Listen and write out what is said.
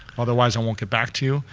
otherwise i won't get back to you.